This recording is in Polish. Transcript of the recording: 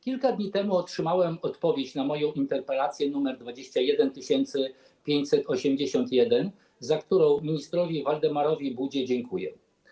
Kilka dni temu otrzymałem odpowiedź na moją interpelację nr 21581, za którą ministrowi Waldemarowi Budzie dziękuję.